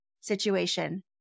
situation